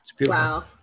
Wow